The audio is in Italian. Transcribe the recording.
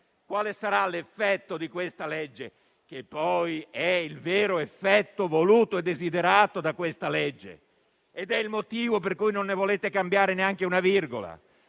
Quale sarà l'effetto di questa legge (che poi è il vero effetto voluto e desiderato da questa legge ed è il motivo per cui non ne volete cambiare neanche una virgola)?